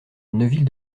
neuville